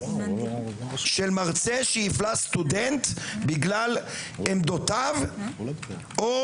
של מרצה שהפלה סטודנט בגלל עמדותיו או